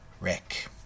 Rick